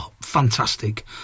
fantastic